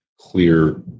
clear